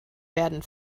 werden